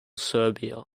serbia